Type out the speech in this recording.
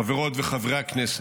חברות וחברי הכנסת,